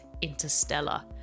Interstellar